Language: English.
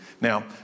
Now